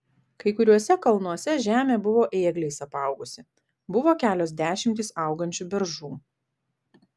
kai kuriuose kalnuose žemė buvo ėgliais apaugusi buvo kelios dešimtys augančių beržų